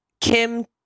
Kim